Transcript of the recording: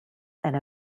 and